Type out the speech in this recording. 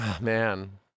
man